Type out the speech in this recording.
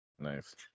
Nice